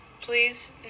please